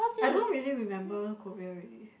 I don't really remember Korea already